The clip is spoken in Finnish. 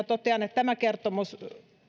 totean että tämä kertomus